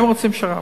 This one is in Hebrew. הם רוצים שר"פ,